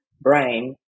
brain